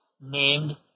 named